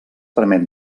permet